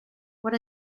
what